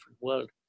world